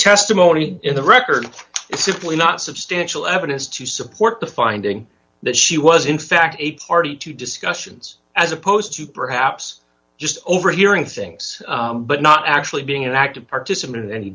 testimony in the record is simply not substantial evidence to support the finding that she was in fact a party to discussions as opposed to perhaps just overhearing things but not actually being an active participant